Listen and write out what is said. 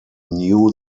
knew